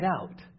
out